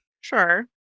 Sure